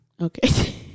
Okay